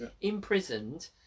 imprisoned